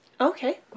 Okay